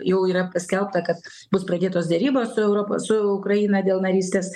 jau yra paskelbta kad bus pradėtos derybos su europa su ukraina dėl narystės